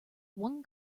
one